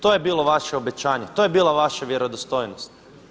To je bilo vaše obećanje, to je bila vaša vjerodostojnost.